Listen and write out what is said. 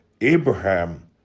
Abraham